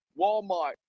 Walmart